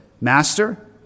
Master